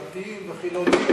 דתיים וחילונים,